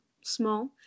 small